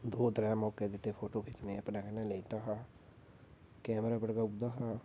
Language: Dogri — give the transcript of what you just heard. दो त्रै मौके दित्ते फोटो खि च्चने दे कैमरा पकड़ाउड़दा हा